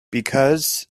because